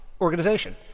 organization